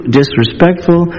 disrespectful